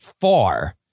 far